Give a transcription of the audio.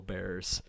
Bears